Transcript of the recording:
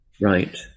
Right